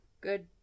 Good